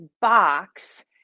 box